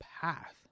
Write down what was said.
path